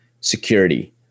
security